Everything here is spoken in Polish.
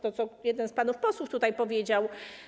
To, co jeden z panów posłów tutaj powiedział.